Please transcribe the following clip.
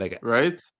Right